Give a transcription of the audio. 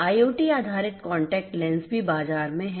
IOT आधारित contact lens भी बाजार में हैं